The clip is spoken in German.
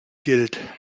gilt